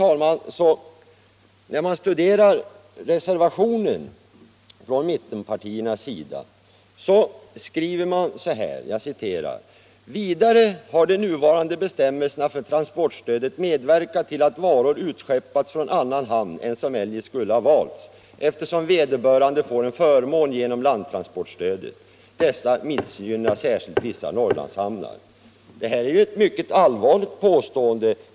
I mittenreservationen heter det: ”Vidare har de nuvarande bestämmelserna för transportstödet medverkat till att varor utskeppats från annan hamn än som eljest skulle ha valts, eftersom vederbörande får en förmån genom blandtransportstödet. Detta missgynnar särskilt vissa Norrlandshamnar.” Detta är ett mycket allvarligt påstående.